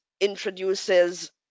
introduces